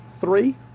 three